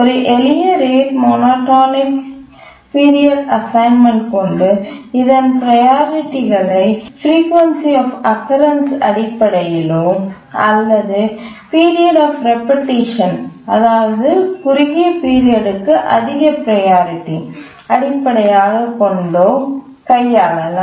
ஒரு எளிய rate monotonic priority assignment கொண்டு இதன் ப்ரையாரிட்டிகளை ஃப்ரீகொன்சி ஆப் அக்கரன்ஸ் அடிப்படையிலோ அல்லது பீரியட் ஆப் ரிபெட்டிஷன் அதாவது குறுகிய பீரியட்ற்கு அதிக ப்ரையாரிட்டி அடிப்படையாக கொண்டடோ கையாளலாம்